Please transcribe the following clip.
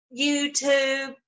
youtube